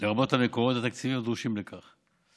לרבות המקורות התקציביים הדרושים לכך.